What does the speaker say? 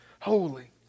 holy